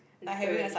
literally